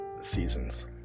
seasons